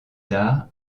tard